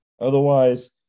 Otherwise